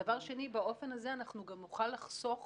דבר שני, באופן הזה אנחנו גם נוכל לחסוך